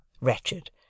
wretched